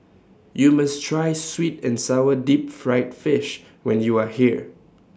YOU must Try Sweet and Sour Deep Fried Fish when YOU Are here